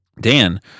Dan